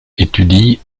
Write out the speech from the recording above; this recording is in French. étudie